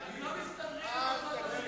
אתם לא מסתדרים עם ארצות-הברית,